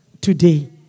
today